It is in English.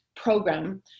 program